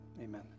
Amen